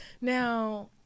Now